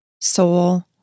soul